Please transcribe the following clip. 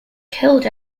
killed